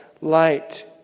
light